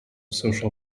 social